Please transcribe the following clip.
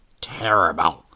terrible